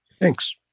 Thanks